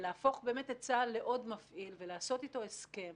להפוך את צה"ל באמת לעוד מפעיל ולעשות איתו הסכם